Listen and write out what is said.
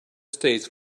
states